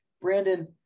Brandon